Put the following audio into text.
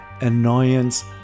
annoyance